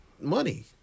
money